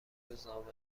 روزنامه